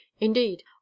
indeed